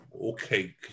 okay